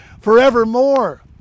forevermore